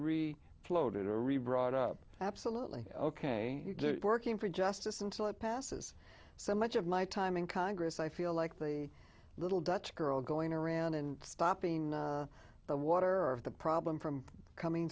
really floated a re brought up absolutely ok working for justice until it passes so much of my time in congress i feel like the little dutch girl going around and stopping the water of the problem from coming